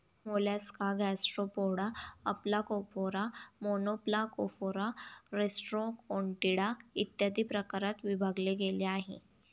Mollusca Gastropoda, Aplacophora, Monoplacophora, Rostroconchia, इत्यादी प्रकारात विभागले गेले आहे